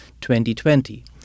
2020